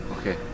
Okay